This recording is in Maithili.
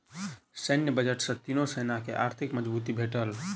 सैन्य बजट सॅ तीनो सेना के आर्थिक मजबूती भेटल